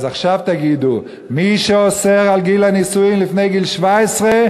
אז עכשיו תגידו: מי שאוסר נישואים לפני גיל 17,